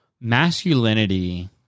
masculinity